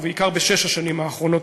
ובעיקר בשש השנים האחרונות,